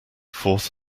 fourth